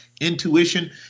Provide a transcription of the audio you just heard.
intuition